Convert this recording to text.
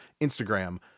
Instagram